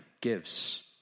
gives